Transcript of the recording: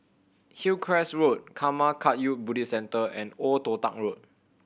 Hillcrest Road Karma Kagyud Buddhist Centre and Old Toh Tuck Road